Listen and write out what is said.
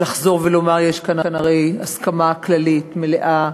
לחזור ולומר, יש כאן הרי הסכמה כללית, מלאה,